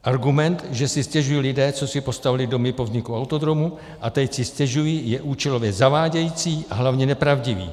Argument, že si stěžují lidé, co si postavili domy po vzniku autodromu, a teď si stěžují, je účelově zavádějící a hlavně nepravdivý.